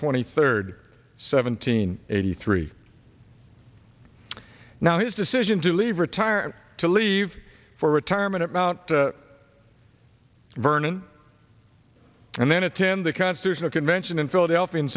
twenty third seventeen eighty three now his decision to leave retire to leave for retirement about vernon and then attend the constitutional convention in philadelphia